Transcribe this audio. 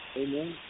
Amen